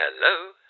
Hello